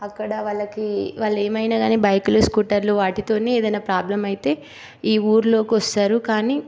అక్కడ వాళ్ళకి వాళ్ళు ఏమైనా కానీ బైకులు స్కూటర్లు వాటితోనే ఏదైనా ప్రాబ్లమ్ అయితే ఈ ఊరిలోకి వస్తారు కానీ